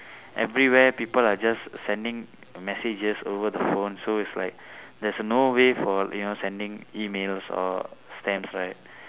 everywhere people are just sending messages over the phone so it's like there's a no way for you know sending emails or stamps right